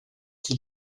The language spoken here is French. qui